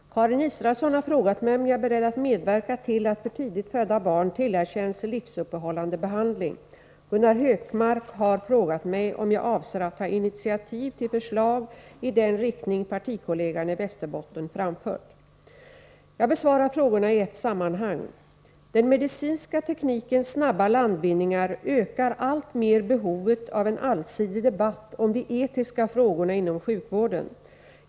Karin Israelsson har frågat mig om jag är beredd att medverka till att för tidigt födda barn tillerkänns livsuppehållande behandling. Gunnar Hökmark har frågat mig om jag avser att ta initiativ till förslag i den riktning partikollegan i Västerbotten framfört. Jag besvarar frågorna i ett sammanhang. Den medicinska teknikens snabba landvinningar ökar alltmer behovet av en allsidig debatt om de etiska frågorna inom sjukvården.